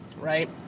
Right